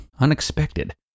unexpected